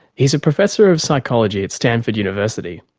he's a professor of psychology at stanford university.